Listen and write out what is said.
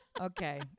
Okay